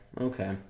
Okay